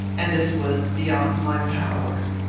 and this was beyond my power.